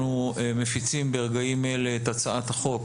ברגעים אלה אנחנו מפיצים את הצעת החוק